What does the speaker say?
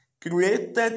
created